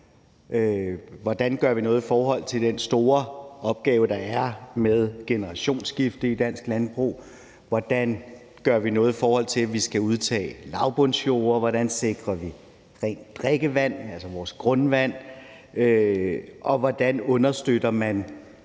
Hvordan gør vi noget i forhold til den store opgave, der er med generationsskifte i dansk landbrug, hvordan gør vi noget i forhold til at udtage lavbundsjorder, hvordan sikrer vi rent drikkevand, altså vores grundvand, og hvordan understøtter man